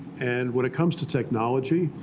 and when it comes to technology,